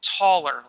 taller